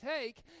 take